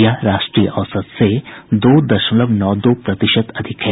यह राष्ट्रीय औसत से दो दशमलव नौ दो प्रतिशत ज्यादा है